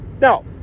now